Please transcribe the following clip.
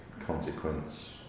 consequence